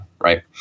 Right